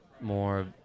more